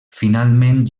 finalment